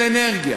של אנרגיה,